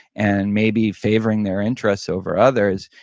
and maybe favoring their interests over others,